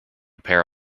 pair